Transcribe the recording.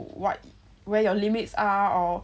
where your limits are or